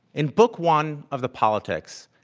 in book one of the politics,